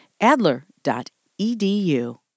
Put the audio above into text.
Adler.edu